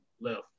left